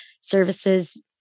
services